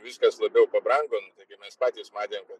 viskas labiau pabrango nu taigi mes patys matėm kad